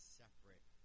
separate